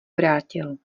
vrátil